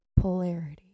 polarity